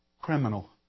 criminal